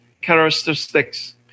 characteristics